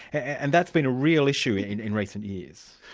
and that's been a real issue in in recent years.